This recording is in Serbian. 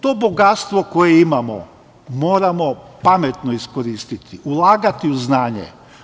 To bogatstvo koje imamo moramo pametno iskoristiti, ulagati u znanje.